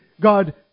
God